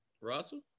Russell